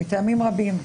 מטעמים רבים.